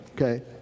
okay